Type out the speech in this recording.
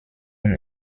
und